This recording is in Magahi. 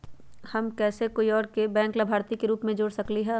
हम कैसे कोई और के बैंक लाभार्थी के रूप में जोर सकली ह?